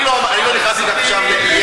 אני לא נכנסתי לשאלה,